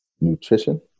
nutrition